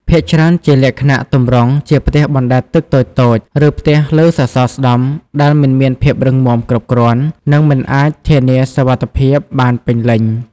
ភាគច្រើនជាលក្ខណៈទម្រង់ជាផ្ទះបណ្តែតទឹកតូចៗ ឬផ្ទះលើសសរស្ដម្ភដែលមិនមានភាពរឹងមាំគ្រប់គ្រាន់ និងមិនអាចធានាសុវត្ថិភាពបានពេញលេញ។